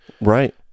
right